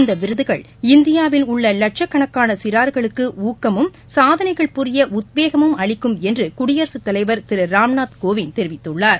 இந்த விருதுகள் இந்தியாவில் உள்ள லட்சக்கணக்கான சிறார்களுக்கு ஊக்கமும் சாதனைகள் புரிய உத்வேகமும் அளிக்கும் என்று குடியரசுத் தலைவர் திரு ராம்நாத் கோவிந்த் தெரிவித்துள்ளார்